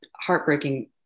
heartbreaking